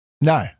No